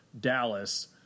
Dallas